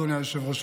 אדוני היושב-ראש,